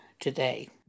today